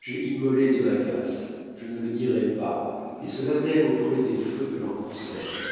j'ai immolé des maquas je ne le nierai pas et cela même auprès des feux de leurs conseils